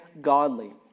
godly